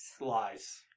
Lies